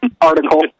article